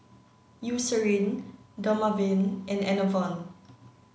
Eucerin Dermaveen and Enervon